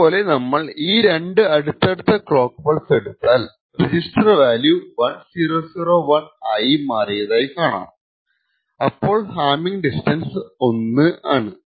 ഇതുപോലെ നമ്മൾ ഈ രണ്ടു അടുത്തടുത്ത ക്ലോക്ക് പൾസ് എടുത്താൽ റെജിസ്റ്റർ വാല്യൂ 1001 ആയി മാറിയതായി കാണാം അപ്പോൾ ഹാമ്മിങ് ഡിസ്റ്റൻസ് 1 ആണ്